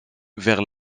vers